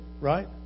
right